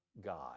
God